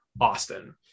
Austin